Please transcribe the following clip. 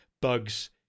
bugs